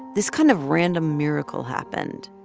this kind of random miracle happened.